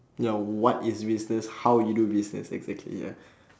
ya what is business how you do business exactly ya